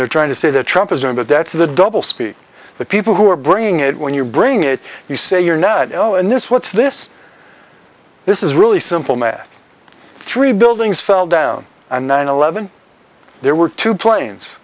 they're trying to say the trumpeter but that's the doublespeak the people who are bringing it when you bring it you say you're net zero in this what's this this is really simple math three buildings fell down and nine eleven there were two planes